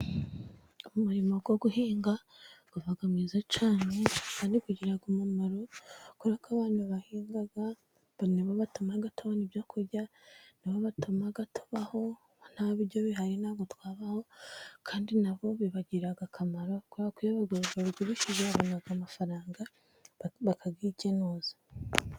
Umurima wo guhinga uba mwiza cyane kandi ugira umumaro, kubera ko abantu bahinga ni bo batuma tubona ibyo kurya ni bo batuma tubaho, nta biryo bihari ntabwo twabaho, kandi na bo bibagirira akamaro, kubera ko iyo babigurishije babona amafaranga bakayikenuza.